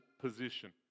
position